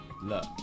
Look